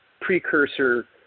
precursor